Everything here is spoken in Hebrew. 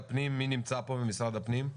מי נמצא פה ממשרד הפנים?